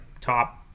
top